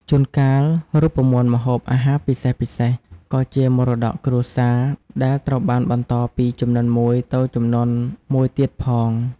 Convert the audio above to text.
ជួនកាល រូបមន្តម្ហូបអាហារពិសេសៗក៏ជាមរតកគ្រួសារ ដែលត្រូវបានបន្តពីជំនាន់មួយទៅជំនាន់មួយទៀតផង។